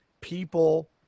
people